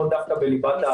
לא דווקא בליבת העשייה.